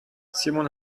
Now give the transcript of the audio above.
simon